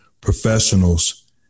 professionals